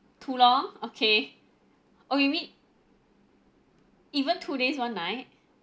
too long okay oh you mean even two days one night